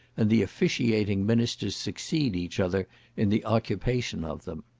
and the officiating ministers succeed each other in the occupation of them.